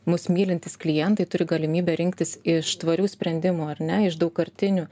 mus mylintys klientai turi galimybę rinktis iš tvarių sprendimų ar ne iš daugkartinių